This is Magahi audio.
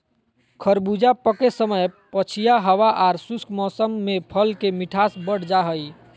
खरबूजा पके समय पछिया हवा आर शुष्क मौसम में फल के मिठास बढ़ जा हई